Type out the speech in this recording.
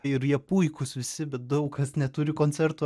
ir jie puikūs visi bet daug kas neturi koncertų